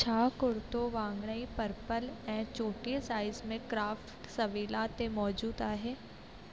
छा कुर्तो वाङणाई पर्पल ऐं चोटीह साइज में क्राफ्टसविला ते मौजूदु आहे